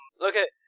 Okay